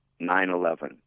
9-11